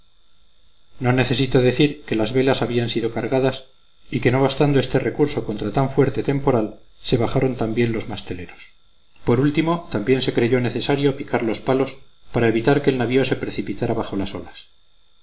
no necesito decir que las velas habían sido cargadas y que no bastando este recurso contra tan fuerte temporal se bajaron también los masteleros por último también se creyó necesario picar los palos para evitar que el navío se precipitara bajo las olas